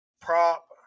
prop